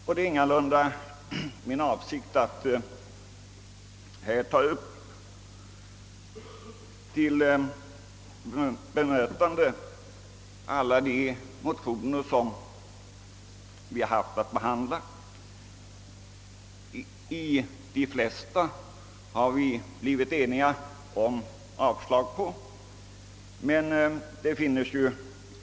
Jag har ingalunda för avsikt att här ta upp till bemötande synpunkter i alla de motioner vi haft att behandla, men vi har blivit eniga om att avstyrka de flesta.